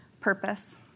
purpose